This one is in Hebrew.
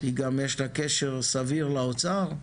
יש לה גם קשר סביר לאוצר.